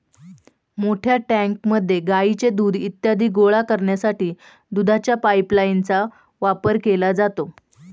मोठ्या टँकमध्ये गाईचे दूध इत्यादी गोळा करण्यासाठी दुधाच्या पाइपलाइनचा वापर केला जातो